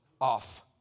off